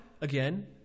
again